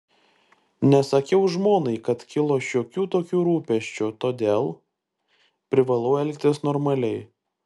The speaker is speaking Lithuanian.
nesakiau žmonai kad kilo šiokių tokių rūpesčių todėl privalau elgtis normaliai